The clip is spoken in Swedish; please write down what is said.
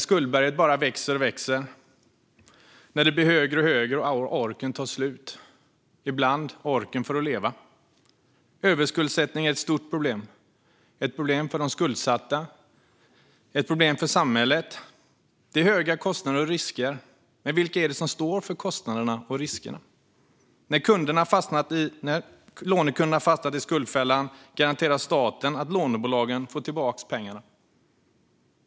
Skuldberget bara växer och växer och blir högre och högre, och orken tar slut - ibland orken att leva. Överskuldsättning är ett stort problem. Det är ett problem för de skuldsatta och ett problem för samhället. Det är höga kostnader och risker, men vilka är det som står för kostnaderna och riskerna? När lånekunderna har fastnat i skuldfällan garanterar staten att lånebolagen får tillbaka pengarna.